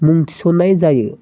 मुं थिसननाय जायो